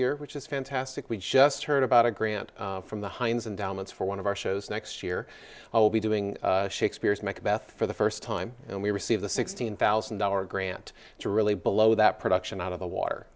osier which is fantastic we just heard about a grant from the heinz and down once for one of our shows next year i will be doing shakespeare's make bath for the first time and we receive the sixteen thousand dollar grant to really blow that production out of the water